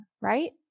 right